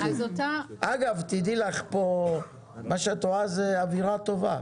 אגב, תדעי שמה שאת רואה, זו אווירה טובה.